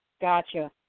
Gotcha